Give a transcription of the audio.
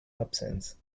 absence